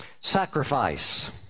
sacrifice